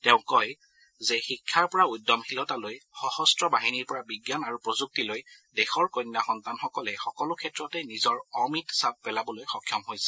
তেওঁ কয় যে শিক্ষাৰ পৰা উদ্যমশীলতালৈ সশস্ত্ৰ বাহিনীৰ পৰা বিজ্ঞান আৰু প্ৰযুক্তিলৈ দেশৰ কন্যা সন্তানসকলে সকলো ক্ষেত্ৰতে নিজৰ অমিত ছাপ পেলাবলৈ সক্ষম হৈছে